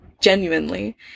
genuinely